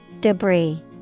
Debris